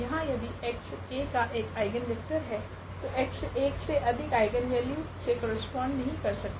यहाँ यदि x A का एक आइगनवेक्टर है तो x एक से अधिक आइगनवेल्यू से करस्पोंड नहीं कर सकता